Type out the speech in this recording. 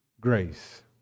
grace